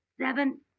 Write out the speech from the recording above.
seven